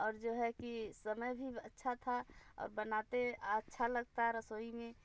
और जो है कि समय भी अच्छा था अब बनाते आच्छा लगता रसोई में